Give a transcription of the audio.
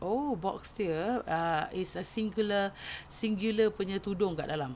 oh box dia uh is a singular singular punya tudung kat dalam